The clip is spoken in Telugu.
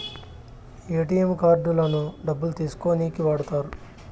ఏటీఎం కార్డులను డబ్బులు తీసుకోనీకి వాడుతారు